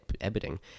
editing